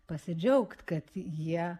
pasidžiaugti kad jie